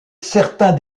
certains